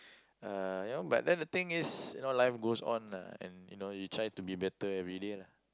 uh you know but then the thing is you know life goes on lah and you know you try to be better everyday lah